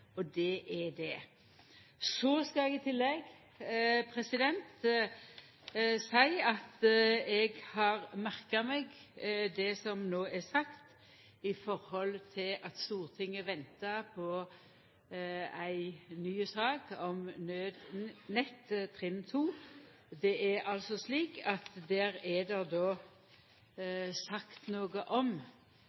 periodisering. Det er det. Så skal eg i tillegg seia at eg har merkt meg det som no er sagt om at Stortinget ventar på ei ny sak om Nødnett trinn 2. Det er altså slik at det er sagt noko om